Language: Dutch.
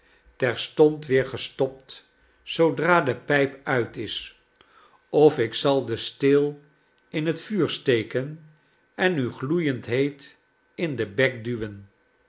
terstond weer gestopt zoodra de pijp uit is of ik zal den steel in het vuur steken en u gloeiend heet in den bek duwen